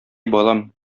балам